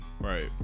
Right